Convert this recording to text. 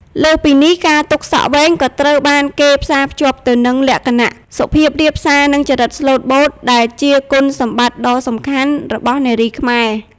លើសពីនេះ ការទុកសក់វែងក៏ត្រូវបានគេផ្សារភ្ជាប់ទៅនឹង លក្ខណៈសុភាពរាបសារ និងចរិតស្លូតបូត ដែលជាគុណសម្បត្តិដ៏សំខាន់របស់នារីខ្មែរ។